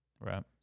Right